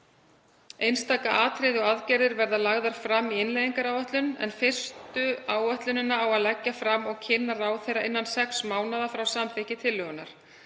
Einstaka atriði og aðgerðir verða lagðar fram í innleiðingaráætlun en fyrstu áætlunina á að leggja fram og kynna af ráðherra innan sex mánaða frá samþykkt tillögunnar.